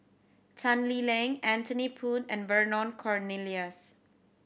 Tan Lee Leng Anthony Poon and Vernon Cornelius